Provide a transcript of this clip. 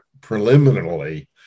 preliminarily